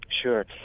Sure